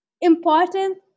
important